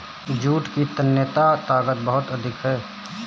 jute की तन्यता ताकत बहुत अधिक है